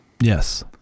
Yes